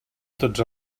tots